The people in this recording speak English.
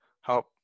help